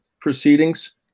proceedings